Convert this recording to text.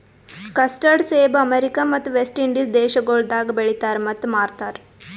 custard ಸೇಬ America ಮತ್ತ West Indies ದೇಶಗೊಳ್ದಾಗ್ ಬೆಳಿತಾರ್ ಮತ್ತ ಮಾರ್ತಾರ್